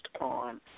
on